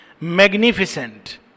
magnificent